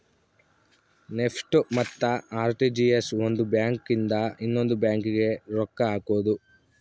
NEFT ಮತ್ತ RTGS ಒಂದ್ bank ಇಂದ ಇನ್ನೊಂದು ಬ್ಯಾಂಕ್ ಗೆ ರೊಕ್ಕ ಹಕೋದು